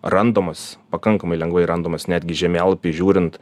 randamos pakankamai lengvai randamos netgi žemėlapy žiūrint